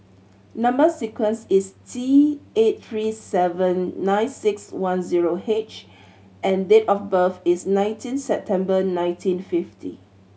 number sequence is T eight three seven nine six one zero H and date of birth is nineteen September nineteen fifty